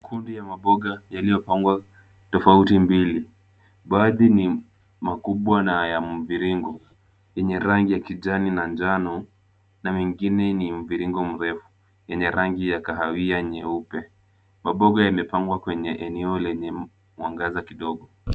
Kundi ya maboga yaliyopangwa kwa tofauti mbili. Baadhi ni makubwa na ya mviringo yenye rangi ya kijani na njano na mengine ni mviringo mrefu yenye rangi ya kahawia nyeupe. Maboga yamepangwa kwenye eneo lenye mwangaza kidogo.